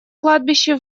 кладбище